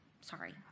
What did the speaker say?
Sorry